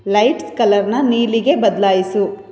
lights ಕಲರನ್ನ ನೀಲಿಗೆ ಬದಲಾಯ್ಸು